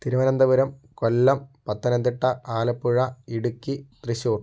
Thiruvananthapuram Kollam Pathanamthitta Alappuzha Idukki Thrissur